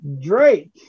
Drake